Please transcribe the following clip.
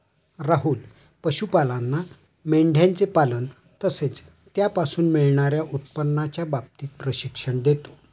राहुल पशुपालांना मेंढयांचे पालन तसेच त्यापासून मिळणार्या उत्पन्नाच्या बाबतीत प्रशिक्षण देतो